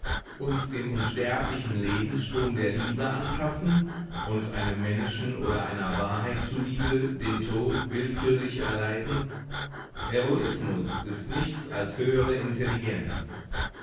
uns dem unsterblichen lebensstrom der liebe anpassen und einem menschen oder einer wahrheit zu liebe den tod willkürlich erleiden heroismus ist nichts als höhere intelligenz